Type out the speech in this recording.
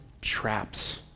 traps